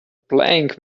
playing